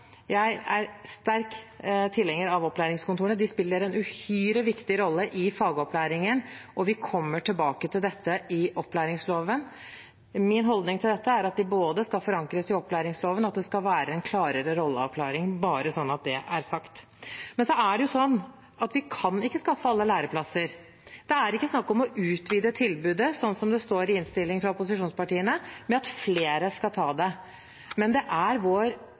Jeg er sterkt tilhenger av opplæringskontorene. De spiller en uhyre viktig rolle i fagopplæringen, og vi kommer tilbake til dette i opplæringsloven. Min holdning til dette er at det både skal forankres i opplæringsloven, og at det skal være en klarere rolleavklaring – bare sånn at det er sagt. Men vi kan ikke skaffe alle læreplasser. Det er ikke snakk om å utvide tilbudet, slik det står i innstillingen fra opposisjonspartiene, men at flere skal ta det. Men det er vår